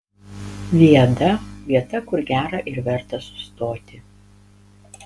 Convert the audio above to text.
viada vieta kur gera ir verta sustoti